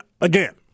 again